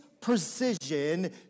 precision